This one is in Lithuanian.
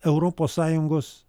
europos sąjungos